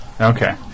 Okay